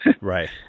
Right